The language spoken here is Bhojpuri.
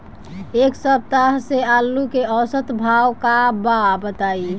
एक सप्ताह से आलू के औसत भाव का बा बताई?